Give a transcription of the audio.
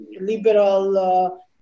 liberal